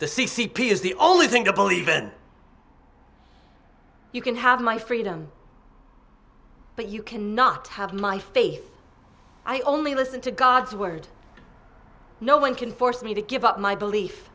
the c c p is the only thing the believe in you can have my freedom but you cannot have my faith i only listen to god's word no one can force me to give up my belief